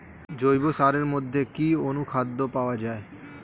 জৈব সারের মধ্যে কি অনুখাদ্য পাওয়া যায়?